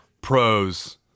pros